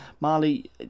Marley